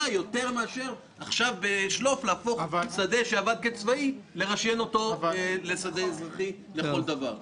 יותר מאשר להפוך עכשיו בשלוף שדה שעבד כצבאי לשדה אזרחי לכל דבר.